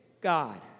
God